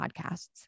podcasts